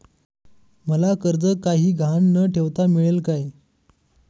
मला कर्ज काही गहाण न ठेवता मिळेल काय?